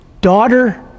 daughter